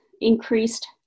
increased